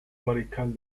mariscal